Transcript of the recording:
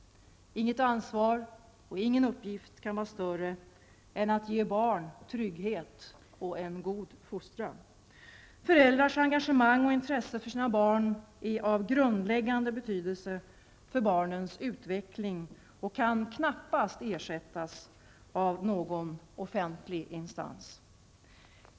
Inget ansvar och ingen uppgift kan vara större än att ge barn trygghet och en god fostran. Föräldrars engagemang och intresse för sina barn är av grundläggande betydelse för barnens utveckling och kan knappast ersättas av någon offentlig instans.